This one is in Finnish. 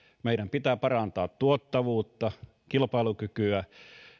meidän pitää parantaa tuottavuutta kilpailukykyä